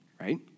right